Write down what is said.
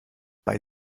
bei